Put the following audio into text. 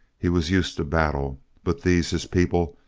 he was used to battle but these, his people,